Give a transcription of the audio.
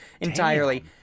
entirely